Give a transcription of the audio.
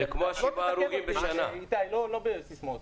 בוא תתקן אותי איתי, לא בסיסמאות.